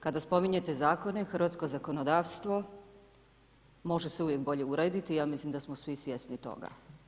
Kada spominjete zakone, hrvatsko zakonodavstvo može se uvijek bolje urediti, ja mislim da smo svi svjesni toga.